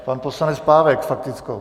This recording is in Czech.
Pan poslanec Pávek s faktickou.